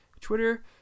Twitter